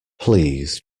please